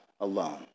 alone